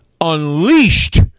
unleashed